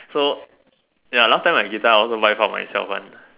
so ya last time my guitar I also buy for myself one